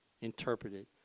interpreted